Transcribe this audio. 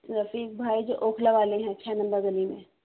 رفق بھائی جو اوکھلا والے ہیں چھ نمبر گلی میں